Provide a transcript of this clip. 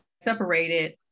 separated